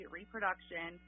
reproduction